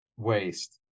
waste